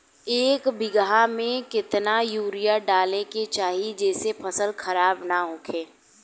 एक बीघा में केतना यूरिया डाले के चाहि जेसे फसल खराब ना होख?